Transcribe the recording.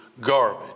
garbage